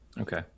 okay